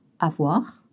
Avoir